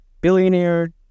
billionaire